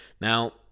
Now